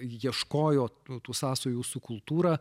ieškojo tų sąsajų su kultūra